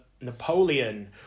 Napoleon